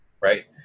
right